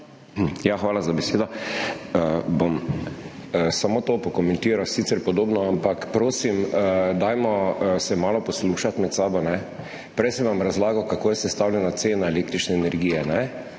Hvala za besedo. Bom samo to pokomentiral. Sicer podobno, ampak prosim, dajmo se malo poslušati med sabo. Prej sem vam razlagal, kako je sestavljena cena električne energije,